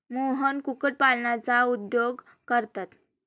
मोहन कुक्कुटपालनाचा उद्योग करतात